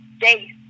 days